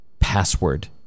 password